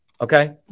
okay